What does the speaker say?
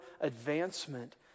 advancement